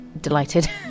delighted